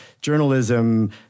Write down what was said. journalism